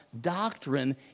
doctrine